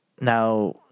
Now